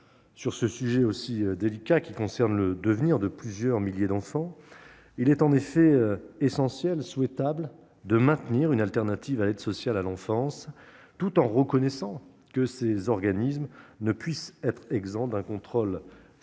Sur ce sujet si délicat, qui concerne le devenir de plusieurs milliers d'enfants, il est en effet souhaitable, et même essentiel, de maintenir une autre solution que l'aide sociale à l'enfance, tout en reconnaissant que ces organismes ne peuvent être exemptés d'un contrôle strict